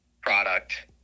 product